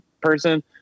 person